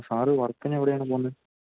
sir വർക്കിനെവിടെയാണ് പോകുന്നത്